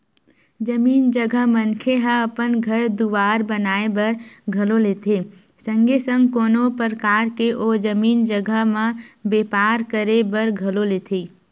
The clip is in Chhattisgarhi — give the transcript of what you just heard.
जमीन जघा मनखे ह अपन घर दुवार बनाए बर घलो लेथे संगे संग कोनो परकार के ओ जमीन जघा म बेपार करे बर घलो लेथे